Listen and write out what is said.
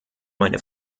meine